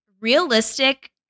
realistic